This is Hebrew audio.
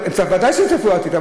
ודאי שהם צפו את העתיד.